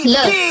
Look